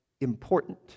important